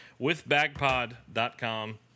Withbagpod.com